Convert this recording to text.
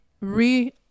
re